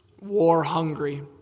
war-hungry